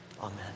Amen